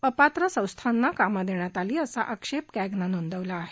अपात्र संस्थेला काम देण्यात आली असा आक्षेप कॅगनं नोंदवला आहे